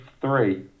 three